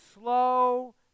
slow